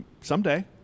someday